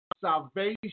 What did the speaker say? salvation